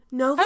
no